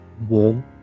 wall